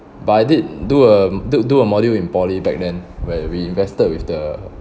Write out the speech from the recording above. but I did do a do do a module in poly back then where we invested with the